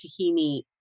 tahini